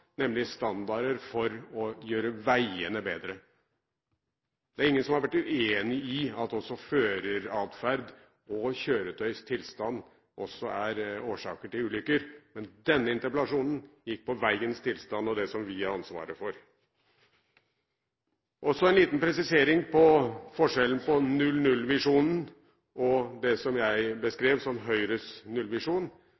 nemlig standarder for å gjøre veiene bedre. Det er ingen som har vært uenig i at også føreradferd og kjøretøyets tilstand er årsak til ulykker, men denne interpellasjonen gikk på veiens tilstand og det som vi har ansvaret for. En liten presisering når det gjelder forskjellen på null–null-visjonen og det jeg beskrev som